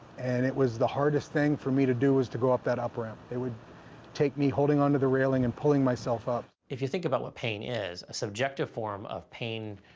and it was the hardest thing for me to do was to go up that up ramp. it would take me holding onto the railing and pulling myself up. if you think about what pain is, a subjective form of pain